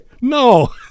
no